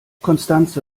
constanze